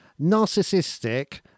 narcissistic